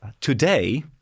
Today